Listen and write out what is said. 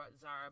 Zara